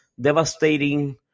devastating